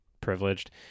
privileged